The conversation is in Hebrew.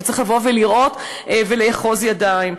צריך לבוא ולראות ולאחוז ידיים.